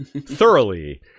thoroughly